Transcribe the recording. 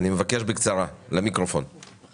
אני